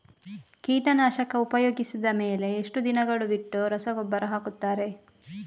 ಕೀಟನಾಶಕ ಉಪಯೋಗಿಸಿದ ಮೇಲೆ ಎಷ್ಟು ದಿನಗಳು ಬಿಟ್ಟು ರಸಗೊಬ್ಬರ ಹಾಕುತ್ತಾರೆ?